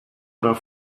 oder